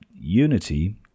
Unity